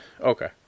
Okay